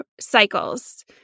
cycles